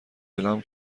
اعلام